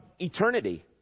eternity